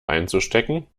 einzustecken